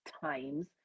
times